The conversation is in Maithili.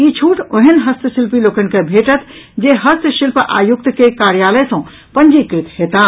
ई छूट ओहेन हस्तशिल्पी लोकनि के भेटत जे हस्तशिल्प आयुक्त के कार्यालय सँ पंजीकृत हेताह